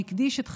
שהקדיש את חייו,